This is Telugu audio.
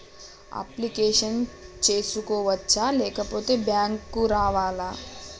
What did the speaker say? అప్లికేషన్ చేసుకోవచ్చా లేకపోతే బ్యాంకు రావాలా?